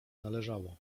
należało